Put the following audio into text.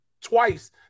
twice